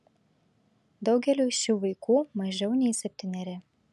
daugeliui šių vaikų mažiau nei septyneri